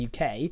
UK